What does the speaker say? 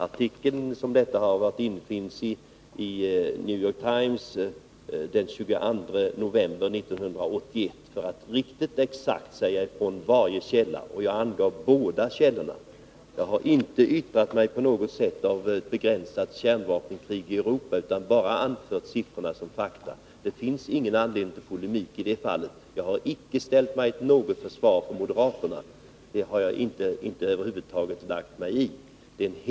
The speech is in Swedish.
Artikeln härom fanns i New York Times den 22 november 1981, för att riktigt exakt ange källorna. Jag har inte yttrat mig om ett begränsat kärnvapenkrig i Europa utan bara anfört siffrorna som fakta. Det finns ingen anledning till polemik. Jag har inte försvarat moderaterna, jag har över huvud taget inte lagt mig i den debatten.